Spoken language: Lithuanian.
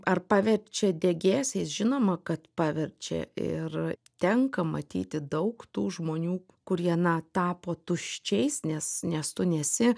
ar paverčia degėsiais žinoma kad paverčia ir tenka matyti daug tų žmonių kurie na tapo tuščiais nes nes tu nesi